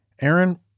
Aaron